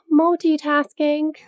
multitasking